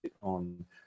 on